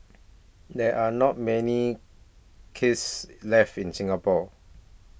there are not many kiss left in Singapore